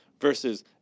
versus